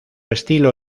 estilo